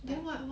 like